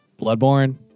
Bloodborne